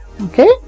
Okay